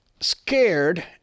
scared